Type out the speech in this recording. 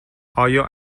آیا